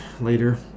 later